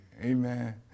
Amen